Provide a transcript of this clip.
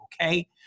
okay